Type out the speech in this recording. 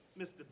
Mr